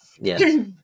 yes